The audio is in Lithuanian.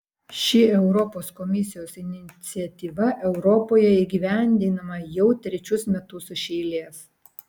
ši europos komisijos iniciatyva europoje įgyvendinama jau trečius metus iš eilės